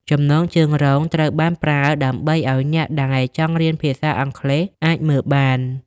ចំណងជើងរងត្រូវបានប្រើដើម្បីឱ្យអ្នកដែលចង់រៀនភាសាអង់គ្លេសអាចមើលបាន។